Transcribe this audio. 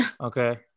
okay